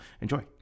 enjoy